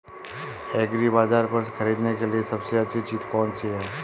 एग्रीबाज़ार पर खरीदने के लिए सबसे अच्छी चीज़ कौनसी है?